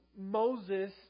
Moses